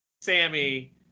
Sammy